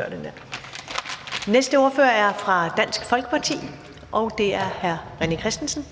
af. Den næste ordfører er fra Dansk Folkeparti, og det er hr. René Christensen.